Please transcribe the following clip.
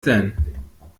denn